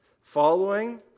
Following